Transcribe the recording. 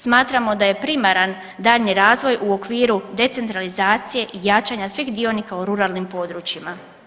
Smatramo da je primaran daljnji razvoj u okviru decentralizacije i jačanja svih dionika u ruralnim područjima.